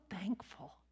thankful